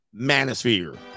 manosphere